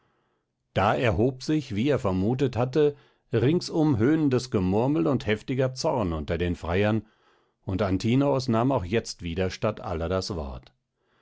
da erhob sich wie er vermutet hatte ringsum höhnendes gemurmel und heftiger zorn unter den freiern und antinoos nahm auch jetzt wieder statt aller das wort